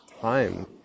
time